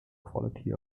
quality